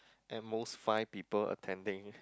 at most five people attending